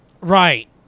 Right